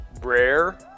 rare